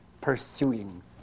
pursuing